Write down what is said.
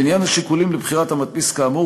לעניין השיקולים לבחירת המדפיס כאמור,